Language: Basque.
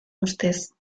ustez